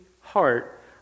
heart